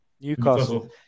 Newcastle